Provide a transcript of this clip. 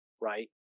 right